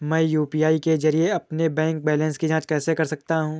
मैं यू.पी.आई के जरिए अपने बैंक बैलेंस की जाँच कैसे कर सकता हूँ?